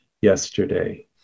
yesterday